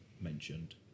mentioned